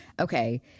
Okay